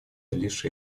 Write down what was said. лишь